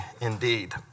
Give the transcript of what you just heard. indeed